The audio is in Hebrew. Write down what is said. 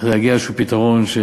כדי להגיע לפתרון כלשהו,